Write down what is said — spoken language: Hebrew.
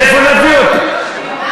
מאיפה נביא אותה?